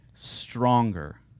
stronger